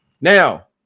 Now